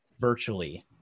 virtually